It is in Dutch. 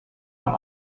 aan